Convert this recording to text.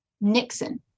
Nixon